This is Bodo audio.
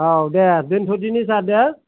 औ दे दोनथ'दिनि सार दे